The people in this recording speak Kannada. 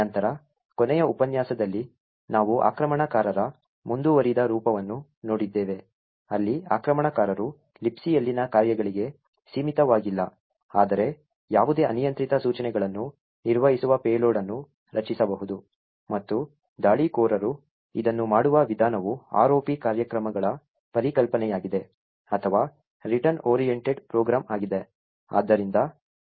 ನಂತರ ಕೊನೆಯ ಉಪನ್ಯಾಸದಲ್ಲಿ ನಾವು ಆಕ್ರಮಣಕಾರರ ಮುಂದುವರಿದ ರೂಪವನ್ನು ನೋಡಿದ್ದೇವೆ ಅಲ್ಲಿ ಆಕ್ರಮಣಕಾರರು Libcಯಲ್ಲಿನ ಕಾರ್ಯಗಳಿಗೆ ಸೀಮಿತವಾಗಿಲ್ಲ ಆದರೆ ಯಾವುದೇ ಅನಿಯಂತ್ರಿತ ಸೂಚನೆಗಳನ್ನು ನಿರ್ವಹಿಸುವ ಪೇಲೋಡ್ ಅನ್ನು ರಚಿಸಬಹುದು ಮತ್ತು ದಾಳಿಕೋರರು ಇದನ್ನು ಮಾಡುವ ವಿಧಾನವು ROP ಕಾರ್ಯಕ್ರಮಗಳ ಪರಿಕಲ್ಪನೆಯಾಗಿದೆ ಅಥವಾ ರಿಟರ್ನ್ ಓರಿಯೆಂಟೆಡ್ ಪ್ರೋಗ್ರಾಂ ಆಗಿದೆ